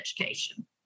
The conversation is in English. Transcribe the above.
education